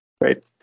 Great